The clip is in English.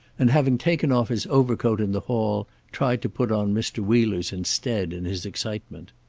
and having taken off his overcoat in the hall, tried to put on mr. wheeler's instead in his excitement.